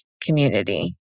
community